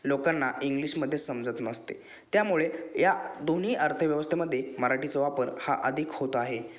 लोकांना इंग्लिशमध्ये समजत नसते त्यामुळे या दोन्ही अर्थव्यवस्थेमध्ये मराठीचा वापर हा अधिक होत आहे